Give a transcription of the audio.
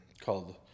called